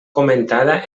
comentada